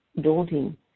daunting